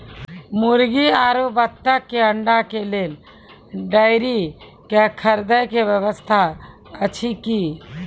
मुर्गी आरु बत्तक के अंडा के लेल डेयरी के खरीदे के व्यवस्था अछि कि?